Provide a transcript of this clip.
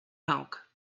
milk